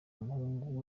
umuhungu